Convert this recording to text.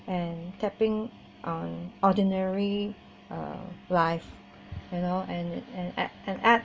and tapping on ordinary uh life you know and and art and art